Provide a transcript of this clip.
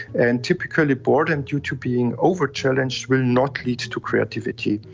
and typically boredom due to being over-challenged will not lead to creativity.